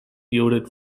yielded